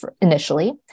initially